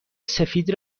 سفید